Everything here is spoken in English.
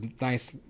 nice